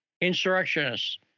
insurrectionists